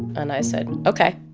and i said, ok.